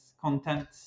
content